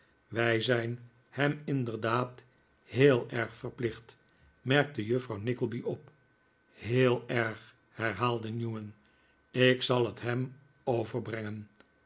wij zijn hem inderdaad heel erg verplicht merkte juffrouw nickleby op heel erg herhaalde newman ik zal het hem overbrengen